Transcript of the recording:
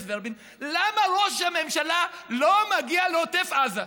ורבין למה ראש הממשלה לא מגיע לעוטף עזה.